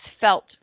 felt